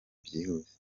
byihuse